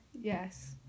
Yes